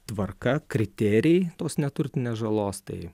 tvarka kriterijai tos neturtinės žalos tai